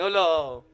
לא, לא.